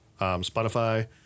Spotify